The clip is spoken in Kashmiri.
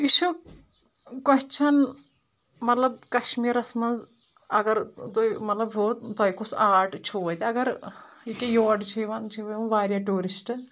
یہِ چھُ کوٚسچَن مطلب کشمیٖرَس منٛز اگر تُہۍ مطلب ہُہ تۄہہِ کُس آٹ چھُو اَتہِ اگر یَکِیاہ یوٚر چھِ یِوَان چھِ واریاہ ٹوٗرِسٹہٕ